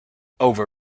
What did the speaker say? over